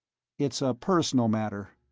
it's a personal matter.